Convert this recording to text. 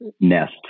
nest